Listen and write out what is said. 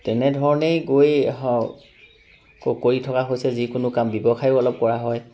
তেনেধৰণেই গৈ ক কৰি থকা হৈছে যিকোনো কাম ব্যৱসায়ো অলপ কৰা হয়